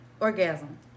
Orgasm